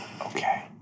Okay